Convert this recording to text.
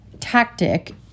tactic